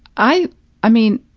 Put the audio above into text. i i mean,